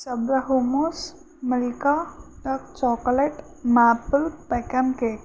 subway momos Milka dark chocolate maple pecan cake